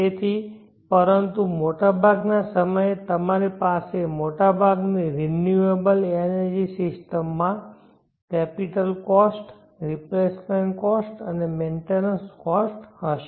તેથી પરંતુ મોટાભાગના સમયે તમારી પાસે મોટાભાગની રિન્યુએબલએનર્જી સિસ્ટમ માં કેપિટલકોસ્ટ રિપ્લેસમેન્ટકોસ્ટ અને મેન્ટેનન્સ કોસ્ટ હશે